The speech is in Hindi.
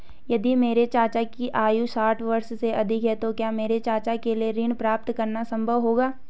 यदि मेरे चाचा की आयु साठ वर्ष से अधिक है तो क्या मेरे चाचा के लिए ऋण प्राप्त करना संभव होगा?